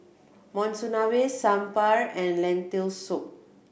Monsunabe Sambar and Lentil Soup